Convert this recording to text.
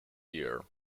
year